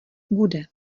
bude